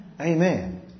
Amen